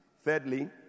Thirdly